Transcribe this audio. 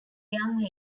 young